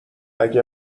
اگه